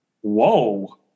Whoa